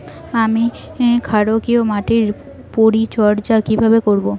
আমি ক্ষারকীয় মাটির পরিচর্যা কিভাবে করব?